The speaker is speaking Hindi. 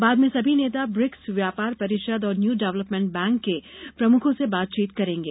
बाद में सभी नेता ब्रिक्स व्यापार परिषद और न्यू डेवलपमेंट बैंक के प्रमुखों से बातचीत करेंगे